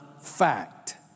fact